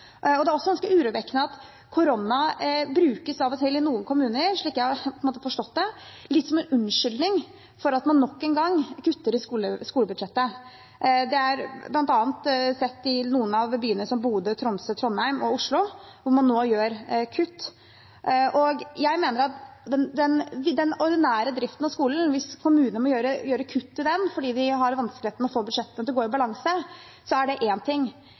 en unnskyldning for at man nok en gang kutter i skolebudsjettet. Det er bl.a. sett i byer som Bodø, Tromsø, Trondheim og Oslo, hvor man nå gjør kutt. Hvis kommunene må gjøre kutt i den ordinære driften av skolene fordi de har vanskeligheter med å få budsjettene til å gå i balanse, er det én ting.